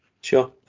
Sure